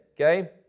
okay